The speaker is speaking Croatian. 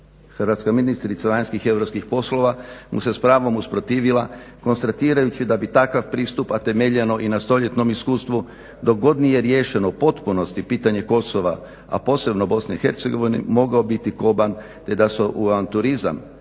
Hrvatska ministrica vanjskih i europskih poslova mu se s pravom usprotivila konstatirajući da bi takav pristup, a temeljeno i na stoljetnom iskustvu, dok god nije riješeno u potpunosti pitanje Kosova, a posebno BiH, mogao biti koban te da se u avanturizam